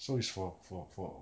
so it's for for for